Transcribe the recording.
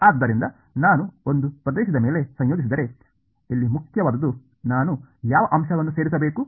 ಆದ್ದರಿಂದ ನಾನು ಒಂದು ಪ್ರದೇಶದ ಮೇಲೆ ಸಂಯೋಜಿಸಿದರೆ ಇಲ್ಲಿ ಮುಖ್ಯವಾದುದು ನಾನು ಯಾವ ಅಂಶವನ್ನು ಸೇರಿಸಬೇಕು